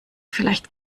vielleicht